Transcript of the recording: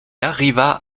arriva